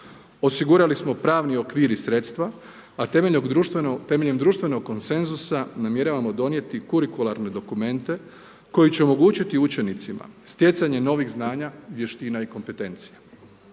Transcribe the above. Osigurali smo pravni okvir i sredstva, a temeljem društvenog koncensusa namjeravamo donijeti kurikularne dokumente koji će omogućiti učenicima stjecanje novih znanja, vještina i kompetencija.